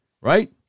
right